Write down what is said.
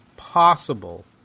possible